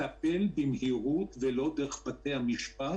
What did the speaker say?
שתטפל במהירות ולא דרך מערכת בתי המשפט